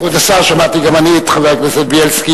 כבוד השר, שמעתי גם אני את חבר הכנסת בילסקי.